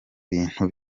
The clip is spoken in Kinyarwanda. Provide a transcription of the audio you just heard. bintu